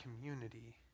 community